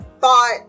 thought